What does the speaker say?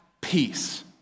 peace